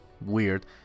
weird